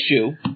issue